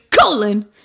colon